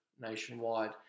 nationwide